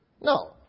No